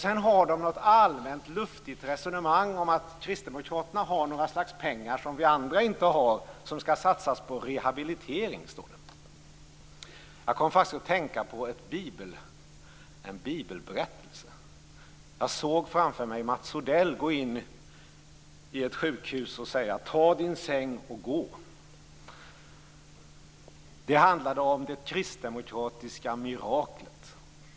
Sedan har de något allmänt lustigt resonemang om att kristdemokraterna har pengar som vi andra inte har som skall satsas på rehabilitering. Jag kom faktiskt att tänka på en bibelberättelse. Jag såg framför mig Mats Odell gå in på ett sjukhus och säga: "Tag din säng och gå!" Det handlar om det kristdemokratiska miraklet.